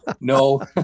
no